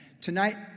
Tonight